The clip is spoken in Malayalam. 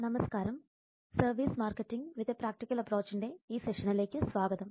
നമസ്കാരം service marketing with a practical അപ്രോച്ചിന്റെ ഈ സെഷനിലേക്ക് സ്വാഗതം